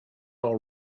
all